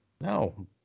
No